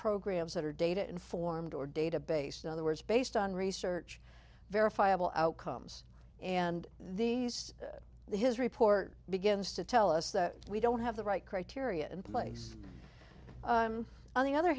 programs that are data informed or data based in other words based on research verifiable outcomes and these his report begins to tell us that we don't have the right criteria in place on the other